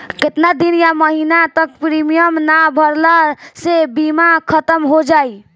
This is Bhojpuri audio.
केतना दिन या महीना तक प्रीमियम ना भरला से बीमा ख़तम हो जायी?